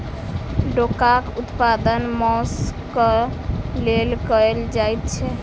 डोकाक उत्पादन मौंस क लेल कयल जाइत छै